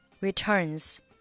returns